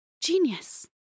genius